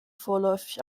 vorläufig